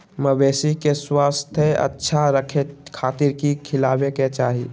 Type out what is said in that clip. मवेसी के स्वास्थ्य अच्छा रखे खातिर की खिलावे के चाही?